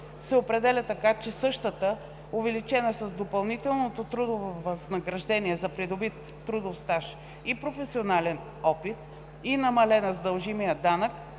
се определя така, че същата, увеличена с допълнителното трудово възнаграждение за придобит трудов стаж и професионален опит и намалена с дължимия данък